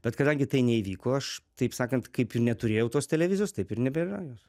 bet kadangi tai neįvyko aš taip sakant kaip ir neturėjau tos televizijos taip ir nebėra jos